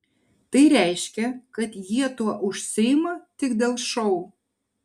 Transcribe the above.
tai reiškia kad jie tuo užsiima tik dėl šou